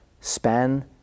span